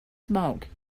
smoke